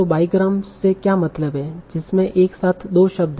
तों बाईग्राम से क्या मतलब है - जिसमे एक साथ दो शब्द है